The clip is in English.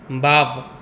wow